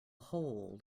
hold